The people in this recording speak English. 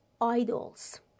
idols